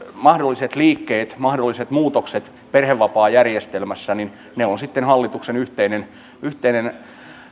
mahdollisista liikkeistä mahdollisista muutoksista perhevapaajärjestelmässä on sitten hallituksen yhteinen yhteinen